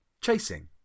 chasing